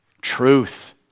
truth